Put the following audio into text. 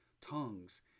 tongues